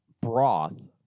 broth